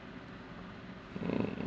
mm